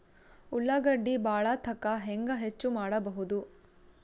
ಉಳ್ಳಾಗಡ್ಡಿ ಬಾಳಥಕಾ ಹೆಂಗ ಹೆಚ್ಚು ಮಾಡಬಹುದು?